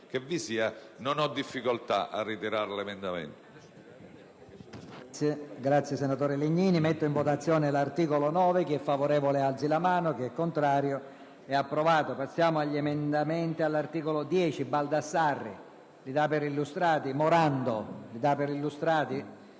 che tale sia - non ho difficoltà a ritirare l'emendamento